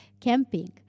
camping